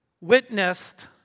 witnessed